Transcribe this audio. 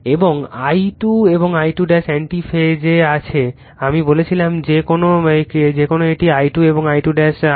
এবং I2 এবং I2 anti ফেজে আছে আমি বলেছিলাম যে কেন এটি I2 এবং এটি I2